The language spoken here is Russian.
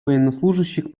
военнослужащих